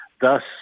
thus